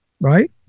Right